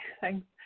thanks